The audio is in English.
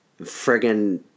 friggin